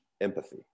empathy